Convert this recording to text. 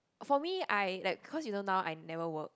for me I like cause you know now I never work